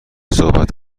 صحبت